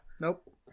Nope